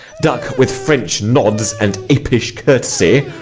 duck with french nods and apish courtesy,